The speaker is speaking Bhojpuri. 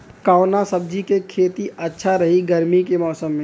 कवना सब्जी के खेती अच्छा रही गर्मी के मौसम में?